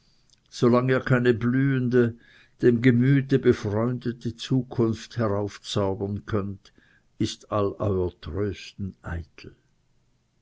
ihr keine blühende dem gemüte befreundete zukunft heraufzaubern könnet ist all euer trösten eitel